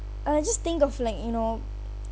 uh you just think of like you know